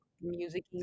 music